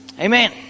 Amen